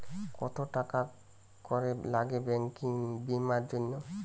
কত টাকা করে লাগে ব্যাঙ্কিং বিমার জন্য?